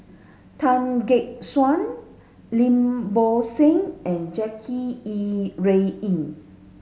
Tan Gek Suan Lim Bo Seng and Jackie Yi Ru Ying